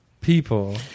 people